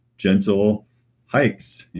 gentle hikes,